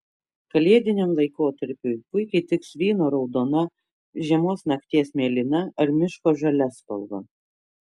kalėdiniam laikotarpiui puikiai tiks vyno raudona žiemos nakties mėlyna ar miško žalia spalva